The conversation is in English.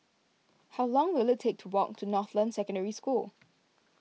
how long will it take to walk to Northland Secondary School